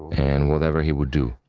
and whatever he would do?